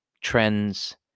trends